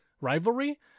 rivalry